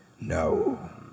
No